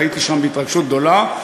והייתי שם בהתרגשות גדולה,